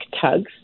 tugs